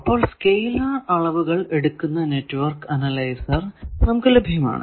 അപ്പോൾ സ്കേലാർ അളവുകൾ എടുക്കുന്ന നെറ്റ്വർക്ക് അനലൈസർ നമുക്ക് ലഭ്യമാണ്